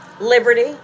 liberty